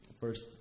first